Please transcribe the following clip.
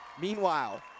Meanwhile